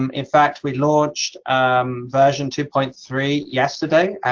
um in fact, we launched version two point three yesterday,